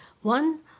one